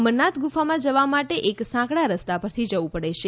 અમરનાથ ગુફામાં જવા માટે એક સાંકડા રસ્તા પરથી જવું પડે છે